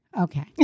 Okay